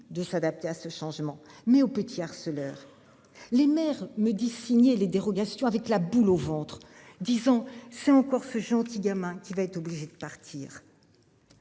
de s'adapter à ce changement mais au petit harceleurs. Les maires me disent, signer les dérogations avec la boule au ventre disons c'est encore faisant qui gamin qui va être obligé de partir.